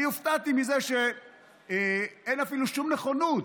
אני הופתעתי מזה שאין אפילו שום נכונות.